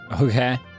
Okay